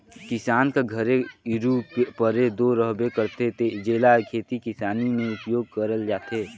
किसान कर घरे इरूपरे दो रहबे करथे, जेला खेती किसानी मे उपियोग करल जाथे